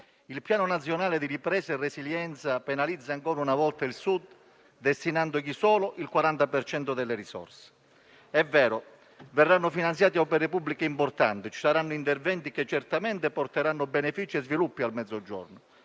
il Piano nazionale di ripresa e resilienza penalizza ancora una volta il Sud, destinandogli solo il 40 per cento delle risorse. È vero, verranno finanziate opere pubbliche importanti e ci saranno interventi che certamente porteranno beneficio e sviluppi al Mezzogiorno.